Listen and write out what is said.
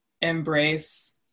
embrace